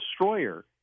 destroyer